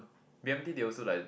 b_m_t they also like